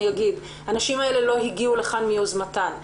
הנשים האלה לא הגיעו לכאן מיוזמתן.